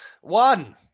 One